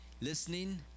Listening